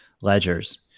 ledgers